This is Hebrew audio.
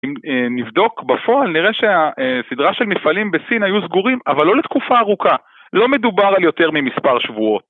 אם א..נבדוק בפועל, נראה שה..א..סדרה של מפעלים בסין היו סגורים, אבל לא לתקופה ארוכה, לא מדובר על יותר ממספר שבועות